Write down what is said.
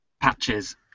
patches